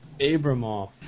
Abramoff